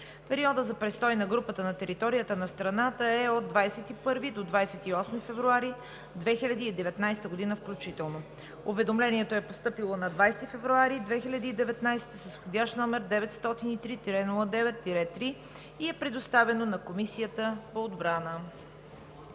Периодът за престой на групата на територията на страната е от 21 до 28 февруари 2019 г. включително. Уведомлението е постъпило на 20 февруари 2019 г. с входящ № 903-09-3 и е представено на Комисията по отбрана.